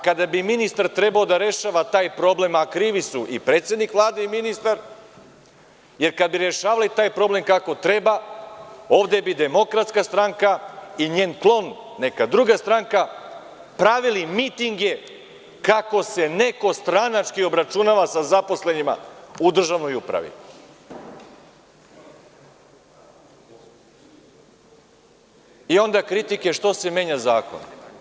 Kada bi ministar trebao da rešava taj problem, a krivi su i predsednik Vlade i ministar, jer kada bi rešavali taj problem kako treba, ovde bi DS i njen klon, neka druga stranka, pravili mitinge kako se neko stranački obračunava sa zaposlenima u državnoj upravi i onda kritike zašto se menja zakon.